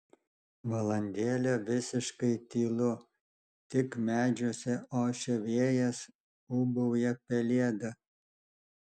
valandėlę visiškai tylu tik medžiuose ošia vėjas ūbauja pelėda